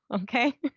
Okay